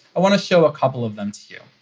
i want to show a couple of them to you.